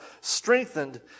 strengthened